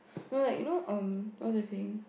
no like you know um what was I saying